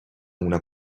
una